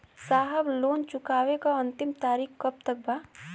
साहब लोन चुकावे क अंतिम तारीख कब तक बा?